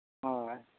ᱦᱳᱭ